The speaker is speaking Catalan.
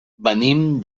venim